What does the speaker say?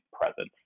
presence